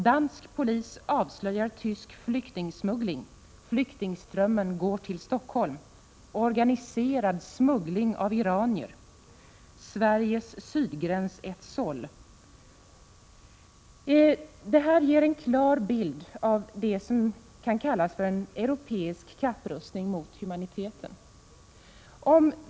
Dessa rubriker ger en klar bild av det som kan kallas en europeisk kapprustning mot humaniteten.